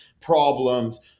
problems